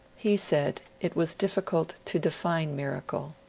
he said it was difficult to define miracle.